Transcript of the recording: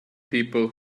people